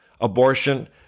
Abortion